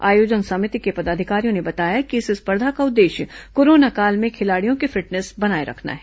आयोजन समिति के पदाधिकारियों ने बताया कि इस स्पर्धा का उद्देश्य कोरोना काल में खिलाड़ियों की फिटनेस बनाए रखना है